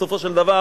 בסופו של דבר